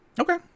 Okay